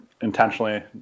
intentionally